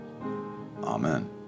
Amen